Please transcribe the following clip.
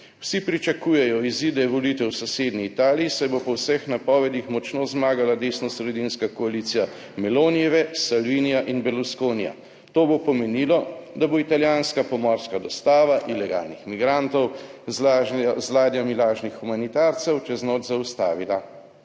Vsi pričakujejo izide volitev v sosednji Italiji, saj bo po vseh napovedih močno zmagala desnosredinska koalicija Melonijeve, Salvinija in Berlusconija. To bo pomenilo, da bo italijanska pomorska dostava ilegalnih migrantov z ladjami lažnih humanitarcev čez noč zaustavila.